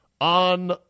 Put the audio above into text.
on